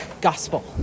gospel